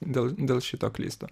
dėl dėl šito klystu